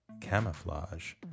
camouflage